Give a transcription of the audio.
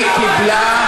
והיא קיבלה,